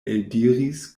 eldiris